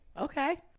okay